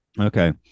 Okay